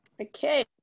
okay